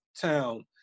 town